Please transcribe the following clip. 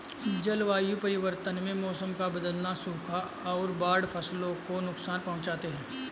जलवायु परिवर्तन में मौसम का बदलना, सूखा और बाढ़ फसलों को नुकसान पहुँचाते है